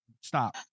stop